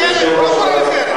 התעוררתם לחיים?